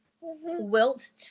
wilt